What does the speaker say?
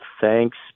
thanks